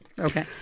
Okay